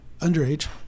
underage